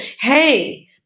hey